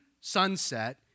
sunset